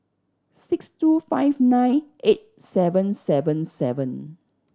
six two five nine eight seven seven seven